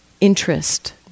interest